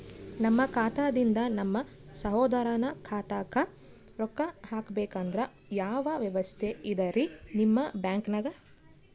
ನಮ್ಮ ಖಾತಾದಿಂದ ನಮ್ಮ ಸಹೋದರನ ಖಾತಾಕ್ಕಾ ರೊಕ್ಕಾ ಹಾಕ್ಬೇಕಂದ್ರ ಯಾವ ವ್ಯವಸ್ಥೆ ಇದರೀ ನಿಮ್ಮ ಬ್ಯಾಂಕ್ನಾಗ?